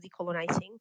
decolonizing